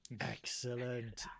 Excellent